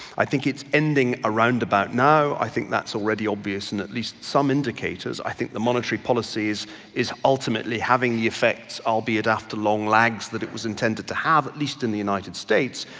i think it's ending around about now. i think that's already obvious in at least some indicators. i think the monetary policy is is ultimately having the effects albeit after long lags that it was intended to have at least in the united states,